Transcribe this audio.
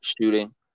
shooting